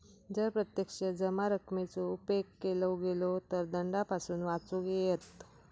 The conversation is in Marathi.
जर प्रत्यक्ष जमा रकमेचो उपेग केलो गेलो तर दंडापासून वाचुक येयत